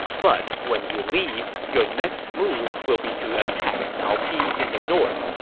but when you leave, your next move will be to attack cao pi in the north.